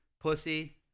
Pussy